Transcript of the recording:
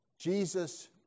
Jesus